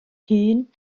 hŷn